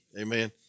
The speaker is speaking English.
Amen